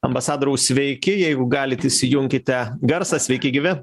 ambasadoriau sveiki jeigu galit įsijunkite garsą sveiki gyvi